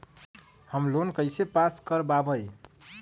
Home loan कैसे pass कर बाबई?